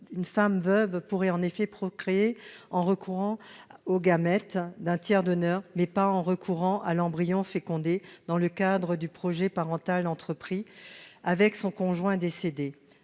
une femme veuve pourrait en effet procréer en recourant aux gamètes d'un tiers donneur, mais pas à l'embryon fécondé dans le cadre du projet parental entrepris avec son conjoint décédé.